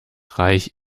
reich